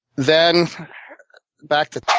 then back to,